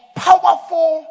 powerful